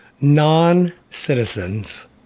non-citizens